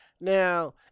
Now